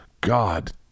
God